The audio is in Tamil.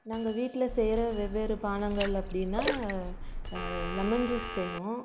நாங்கள் வீட்டில் செய்கிற வெவ்வேறு பானங்கள் அப்படினா லெமன் ஜூஸ் செய்வோம்